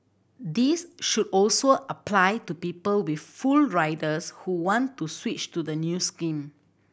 this should also apply to people with full riders who want to switch to the new scheme